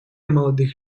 молодых